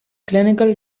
clinical